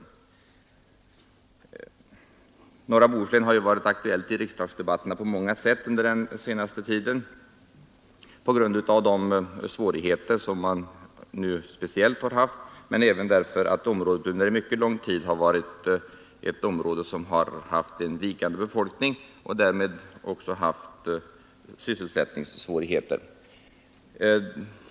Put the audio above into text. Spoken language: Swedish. Norra Bohuslän har ju i flera sammanhang varit aktuellt i riksdagsdebatterna under den senaste tiden dels på grund av de speciella svårigheter som man nu haft, dels på grund av den sedan lång tid tillbaka vikande befolkningsutvecklingen som också medfört sysselsättningsproblem.